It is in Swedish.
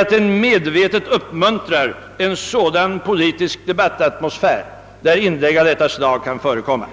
att den med vetet uppmuntrar en politisk debattatmosfär av det slag att dylika inlägg kan förekomma.